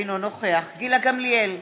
אינו נוכח גילה גמליאל,